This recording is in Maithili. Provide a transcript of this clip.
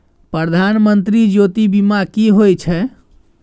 प्रधानमंत्री जीवन ज्योती बीमा की होय छै?